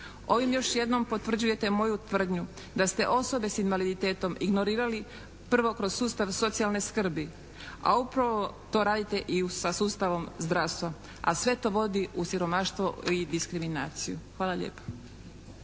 Ovim još jednom potvrđujete moju tvrdnju da ste osobe s invaliditetom ignorirali prvo kroz sustav socijalne skrbi, a upravo to radite i sa sustavom zdravstva, a sve to vodi u siromaštvo i diskriminaciju. Hvala lijepa.